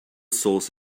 source